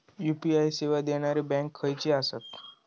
UPI सेवा देणारे bank खयचे आसत?